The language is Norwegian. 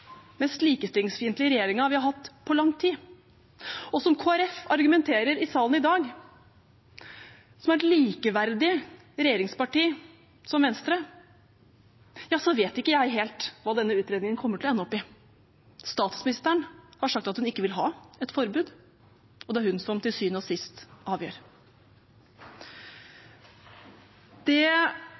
Men vi har den blåeste, mest likestillingsfiendtlige regjeringen vi har hatt på lang tid. Slik Kristelig Folkeparti argumenterer i salen i dag, som et likeverdig regjeringsparti som Venstre, vet jeg ikke helt hva denne utredningen kommer til å ende opp i. Statsministeren har sagt at hun ikke vil ha et forbud, og det er hun som til syvende og sist avgjør. Det